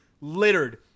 littered